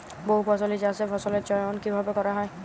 বহুফসলী চাষে ফসলের চয়ন কীভাবে করা হয়?